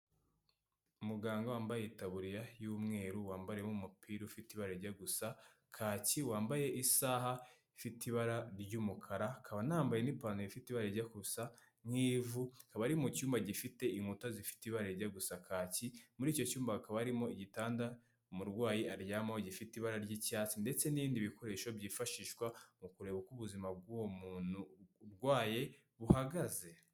Umuganga wambaye taburiya y’ umweru wambariyemo umupira ufite ibara rijya gusa kaki wambaye isaha ifite ibara ry'umukara akaba anambaye nipantaro ifite ibara rijya gusa nk'ivu Alana ari mu cyumba gifite inkuta zifite ibara rijya gusa kaki muri icyo cyumba hakaba harimo igitanda umurwayi aryamaho gifite ibara ry'icyatsi ndetse n'ibindi bikoresho byifashishwa mu kureba uko ubuzima bw'uwo muntu urwaye buhagaze.